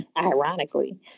ironically